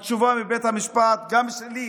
גם, התשובה מבית המשפט שלילית.